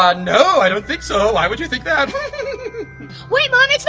ah no, i don't think so? why would you think that? wait mom, it's